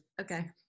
okay